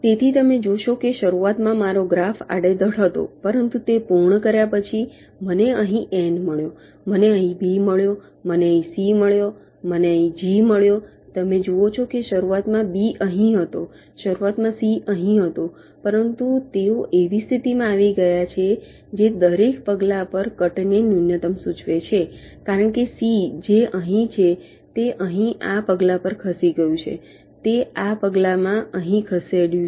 તેથી તમે જોશો કે શરૂઆતમાં મારો ગ્રાફ આડેધડ હતો પરંતુ તે પૂર્ણ કર્યા પછી મને અહીં n મળ્યો મને અહીં b મળ્યો મને અહીં c મળ્યો મને અહીં g મળ્યો તમે જુઓ કે શરૂઆતમાં b અહીં હતો શરૂઆતમાં c અહીં હતો પરંતુ તેઓ એવી સ્થિતિમાં આવી ગયા છે જે દરેક પગલા પર કટને ન્યૂનતમ સૂચવે છે કારણ કે c જે અહીં છે તે અહીં આ પગલા પર ખસી ગયું છે તે આ પગલામાં અહીં ખસેડ્યું છે